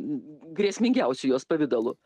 grėsmingiausiu jos pavidalu